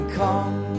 come